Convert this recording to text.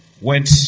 went